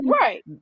right